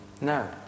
No